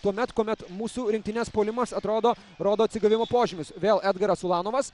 tuomet kuomet mūsų rinktinės puolimas atrodo rodo atsigavimo požymius vėl edgaras ulanovas